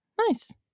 Nice